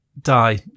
die